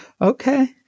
Okay